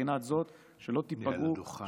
מבחינה זאת שלא תיפגעו.